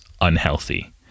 unhealthy